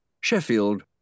Sheffield